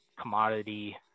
commodity